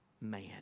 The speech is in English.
man